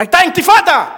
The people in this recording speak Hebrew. היתה אינתיפאדה.